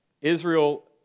Israel